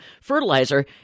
fertilizer